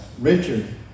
Richard